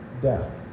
death